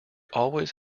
always